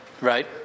Right